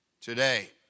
today